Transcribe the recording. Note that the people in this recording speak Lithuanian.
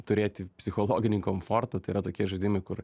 turėti psichologinį komfortą tai yra tokie žaidimai kur